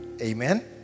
Amen